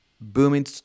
booming